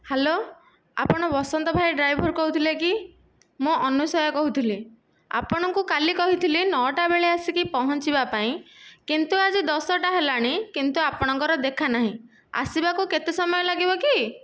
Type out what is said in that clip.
hello ଆପଣ ବସନ୍ତ ଭାଇ driver କହୁଥିଲେକି ମୁଁ ଅନୁଶୟା କହୁଥିଲି ଆପଣଙ୍କୁ କାଲି କହିଥିଲି କି ନଅଟା ବେଳେ ଆସି ପହଞ୍ଚିବା ପାଇଁ କିନ୍ତୁ ଆଜି ଦଶଟା ହେଲାଣି ଆପଣଙ୍କର ଦେଖାନାହିଁ ଆସିବାକୁ କେତେ ସମୟ ଲାଗିବ କି